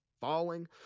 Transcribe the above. falling